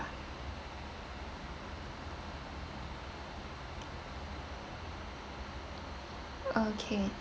okay